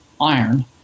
iron